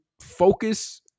focus